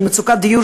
מצוקת הדיור,